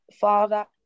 father